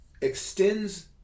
extends